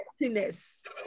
emptiness